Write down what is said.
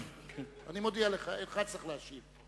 אני מודיע לך, אינך צריך להשיב.